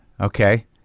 Okay